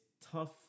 tough